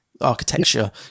architecture